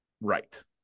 right